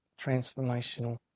transformational